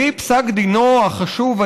והיא פסק דינו החשוב,